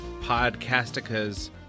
Podcastica's